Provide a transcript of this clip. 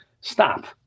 stop